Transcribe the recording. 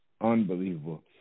unbelievable